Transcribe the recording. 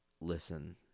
listen